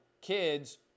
kids